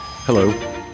Hello